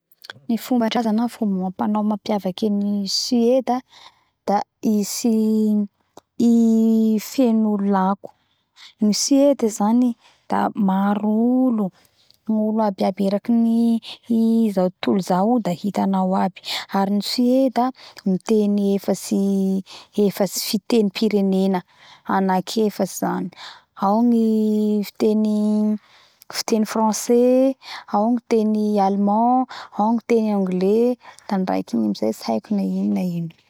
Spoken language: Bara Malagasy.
Ny fomba draza na fomba amampanao mapiavaky any Sueda da i tsy da izy feno olo lako i Sueda zany da maro olo gnolo aby aby eraky ny ny zao totolo izao io da hitanao ao aby ary ny Sueda miteny efatsy efitsy fiteny pirenena anaky efatsy zany ao ny fiteny francais ao fiteny allemend fiteny anglais da raiky iny amizay tsy hay na ino na ino